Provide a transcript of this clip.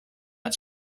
het